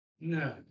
No